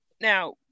now